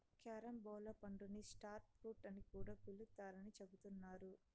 carambola పండుని star fruit అని కూడా పిలుత్తారని చెబుతున్నారు